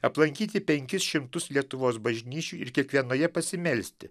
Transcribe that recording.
aplankyti penkis šimtus lietuvos bažnyčių ir kiekvienoje pasimelsti